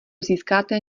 získáte